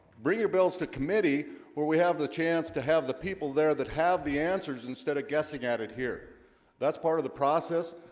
bring your bills to committee where we have the chance to have the people there that have the answers instead of guessing at it here that's part of the process.